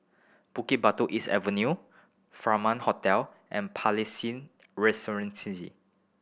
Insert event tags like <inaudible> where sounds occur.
Bukit Batok East Avenue Furaman Hotel and Palais <unintelligible>